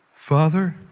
father,